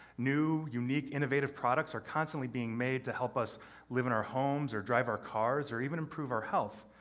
new, unique, innovative products are constantly being made to help us live in our homes or drive our cars or even improve our health.